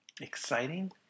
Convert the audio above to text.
exciting